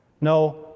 No